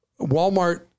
Walmart